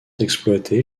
exploitées